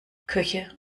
köche